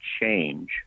change